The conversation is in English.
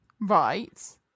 Right